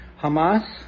Hamas